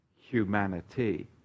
humanity